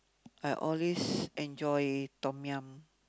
I always enjoy Tom-Yum